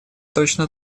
точно